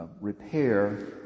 repair